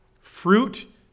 Fruit